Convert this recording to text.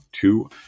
two